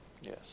Yes